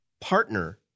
partner